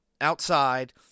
outside